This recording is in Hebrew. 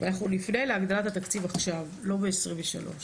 ואנחנו נפנה להגדלת התקציב עכשיו, לא ב-23'.